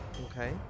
Okay